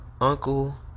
uncle